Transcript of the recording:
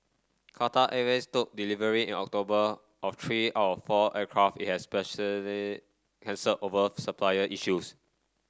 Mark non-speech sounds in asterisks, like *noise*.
Qatar Airways took delivery in October of three out of four aircraft it had *unintelligible* cancelled over supplier issues